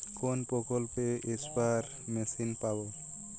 কোন প্রকল্পে spare machine পাব?